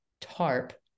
tarp